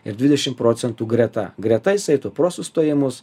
ir dvidešim procentų greta greta jis aitų pro sustojimus